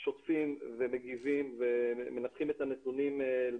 שוטפים ומגיבים ומנתחים את הנתונים אל